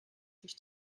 sich